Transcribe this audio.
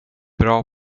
bra